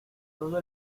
todo